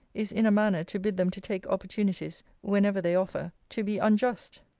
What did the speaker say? is in a manner to bid them to take opportunities, whenever they offer, to be unjust.